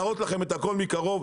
להראות לכם את הכול מקרוב,